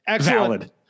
Valid